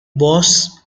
boasts